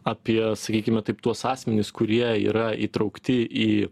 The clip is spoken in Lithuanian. apie sakykime taip tuos asmenis kurie yra įtraukti į